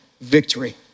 victory